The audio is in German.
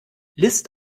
list